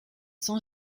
cent